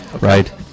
right